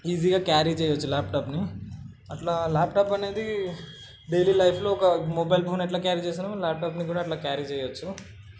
ఈజీగా క్యారీ చేయచ్చు ల్యాప్టాప్ని అట్లా ల్యాప్టాప్ అనేది డైలీ లైఫ్లో ఒక మొబైల్ ఫోన్ ఎట్లా క్యారీ చేస్తామో ల్యాప్టాప్ని కూడా అట్లా క్యారీ చేయచ్చు